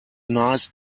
nice